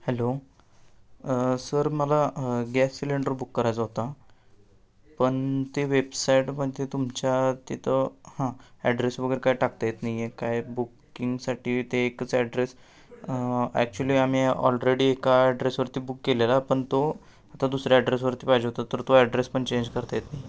hello sir मला gas cylinder book करायचा होता पण ते वेबसाईटमध्ये तुमच्या तिथं हां ॲड्रेस वगैरे काय टाकता येत नाही आहे काय बुकिंगसाठी ते एकच ॲड्रेस ॲक्चुअली आम्ही ऑलरेडी एका ॲड्रेसवरती बुक केलेला पण तो आता दुसऱ्या ॲड्रेसवरती पाहिजे होता तर तो ॲड्रेस पण चेंज करता येत नाही